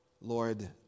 Lord